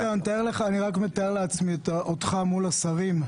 --- אני רק מתאר לעצמי אותך מול השרים,